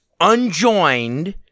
unjoined